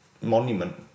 monument